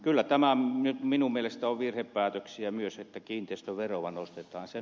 kyllä tämä nyt minun mielestäni on virhepäätös myös että kiinteistöveroa nostetaan